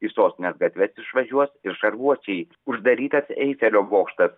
į sostinės gatves išvažiuos ir šarvuočiai uždarytas eifelio bokštas